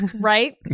Right